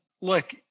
look